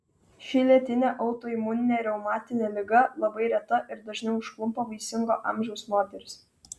ši lėtinė autoimuninė reumatinė liga labai reta ir dažniau užklumpa vaisingo amžiaus moteris